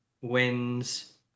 wins